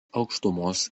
aukštumos